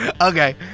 Okay